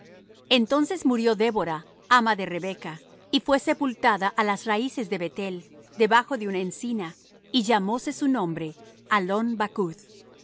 entonces murió débora ama de rebeca y fue sepultada á las raíces de beth-el debajo de una encina y llamóse su nombre